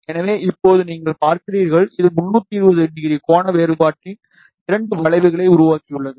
எனவே இப்போது நீங்கள் பார்க்கிறீர்கள் இது 320 ° கோண மாறுபாட்டின் இரண்டு வளைவுகளை உருவாக்கியுள்ளது